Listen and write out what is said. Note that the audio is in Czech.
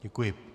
Děkuji.